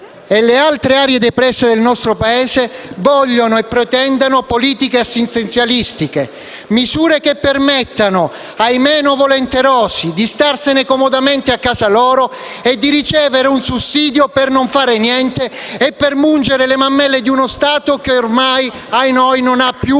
e le altre aree depresse del nostro Paese vogliano e pretendano politiche assistenzialistiche e misure che permettano ai meni volenterosi di starsene comodamente a casa propria, ricevere un sussidio per non fare niente e mungere le mammelle di uno Stato che ormai - ahinoi - non ha più